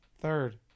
Third